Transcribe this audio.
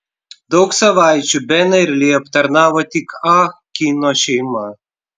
daug savaičių beną ir li aptarnavo tik ah kino šeima